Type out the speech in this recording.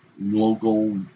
local